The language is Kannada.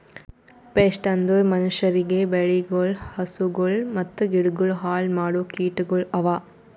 ಪೆಸ್ಟ್ ಅಂದುರ್ ಮನುಷ್ಯರಿಗ್, ಬೆಳಿಗೊಳ್, ಹಸುಗೊಳ್ ಮತ್ತ ಗಿಡಗೊಳ್ ಹಾಳ್ ಮಾಡೋ ಕೀಟಗೊಳ್ ಅವಾ